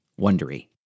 Wondery